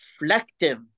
reflective